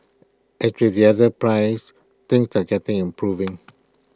as with the other pries things are getting improving